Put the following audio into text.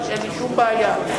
אין לי שום בעיה.